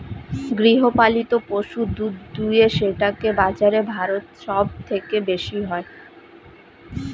গৃহপালিত পশু দুধ দুয়ে সেটাকে বাজারে ভারত সব থেকে বেশি হয়